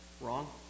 wrong